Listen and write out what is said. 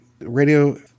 Radio